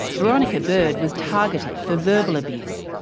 veronica bird was targeted for verbal abuse.